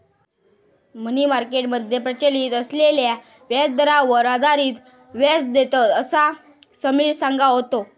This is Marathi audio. मनी मार्केट मध्ये प्रचलित असलेल्या व्याजदरांवर आधारित व्याज देतत, असा समिर सांगा होतो